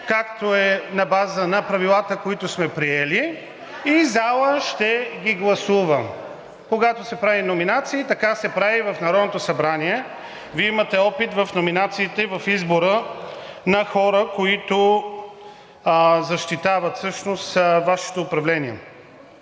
както е на база на Правилата, които сме приели, и залата ще ги гласува. Когато се прави номинация, така се прави в Народното събрание. Вие имате опит в номинациите и в избора на хора, които защитават всъщност Вашето управление.